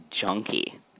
junkie